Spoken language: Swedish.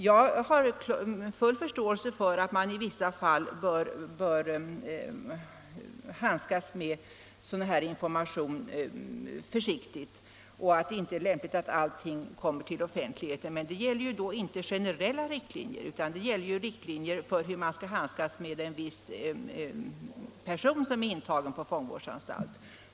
Jag har full förståelse för att man i vissa fall bör handskas försiktigt med sådana här informationer och att det inte är lämpligt att allting kommer till offentligheten, men det gäller ju då inte generella föreskrifter utan riktlinjer för hur man skall handskas med en viss person som är intagen på fångvårdsanstalt.